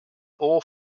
all